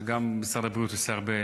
גם משרד הבריאות עושה הרבה